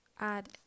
add